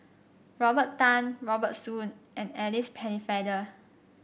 Robert Tan Robert Soon and Alice Pennefather